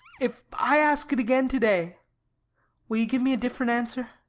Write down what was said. if i ask it again today will you give me a different answer?